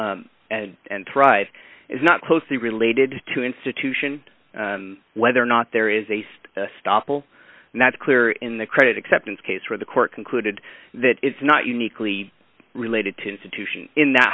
cause and and thrive is not closely related to institution whether or not there is a stop will not clear in the credit acceptance case where the court concluded that it's not uniquely related to institution in that